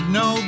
no